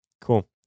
Cool